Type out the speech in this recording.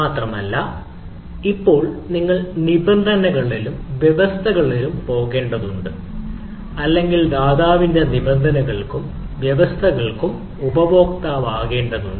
മാത്രമല്ല ഇപ്പോൾ നിങ്ങൾ നിബന്ധനകളിലും വ്യവസ്ഥകളിലും പോകേണ്ടതുണ്ട് അല്ലെങ്കിൽ ദാതാവിന്റെ നിബന്ധനകൾക്കും വ്യവസ്ഥകൾക്കും ഉപഭോക്താവ് പോകേണ്ടതുണ്ട്